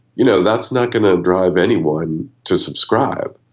you know that's not going to drive anyone to subscribe.